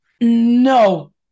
No